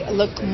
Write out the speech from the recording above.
look